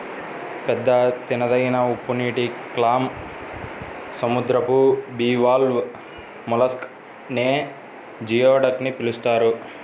పెద్ద తినదగిన ఉప్పునీటి క్లామ్, సముద్రపు బివాల్వ్ మొలస్క్ నే జియోడక్ అని పిలుస్తారు